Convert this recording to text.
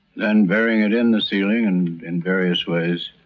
then bury it in the ceiling and in various ways,